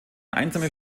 einsame